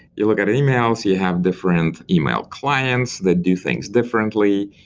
you look at emails, you have different email clients that do things differently.